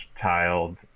tiled